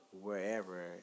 wherever